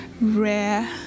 rare